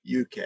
UK